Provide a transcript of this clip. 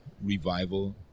revival